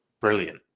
brilliant